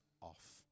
off